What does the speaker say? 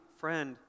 friend